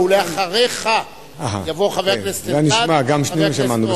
ואחריך יבואו חבר הכנסת אלדד וחבר הכנסת אורבך.